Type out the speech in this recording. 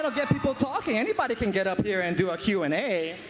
ah get people talking. anybody can get up here and do a q and a.